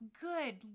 Good